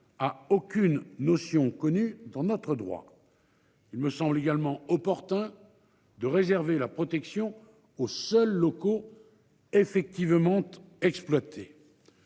à aucune notion connue dans notre droit. Il me semble également opportun de réserver la protection aux seul locaux effectivement. Exploiter.